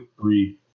three